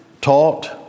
taught